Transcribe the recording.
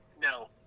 No